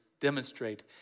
demonstrate